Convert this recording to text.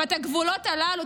אבל את הגבולות הללו,